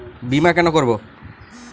বিমা কেন করব?